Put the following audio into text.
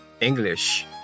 English